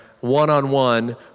one-on-one